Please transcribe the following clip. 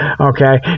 okay